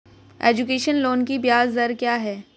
Education loan की ब्याज दर क्या है?